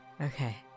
Okay